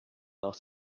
nach